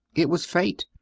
it was fate.